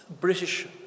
British